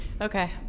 okay